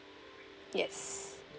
yes